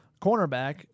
cornerback